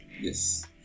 Yes